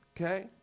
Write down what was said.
okay